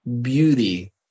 beauty